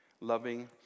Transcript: loving